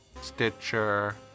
Stitcher